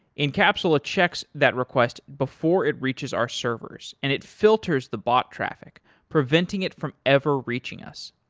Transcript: incapsula checks that request before it reaches our servers and it filters the bot traffic preventing it from ever reaching us.